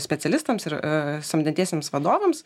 specialistams ir samdantiesiems vadovams